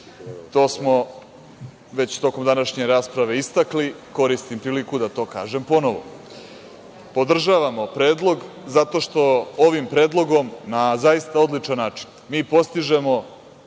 to smo u toku današnje rasprave već istakli i koristim priliku da to kažem ponovo. Podržavamo predlog zato što ovim predlogom, na zaista odličan način, mi postižemo